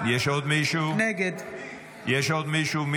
נגד יש עוד מישהו?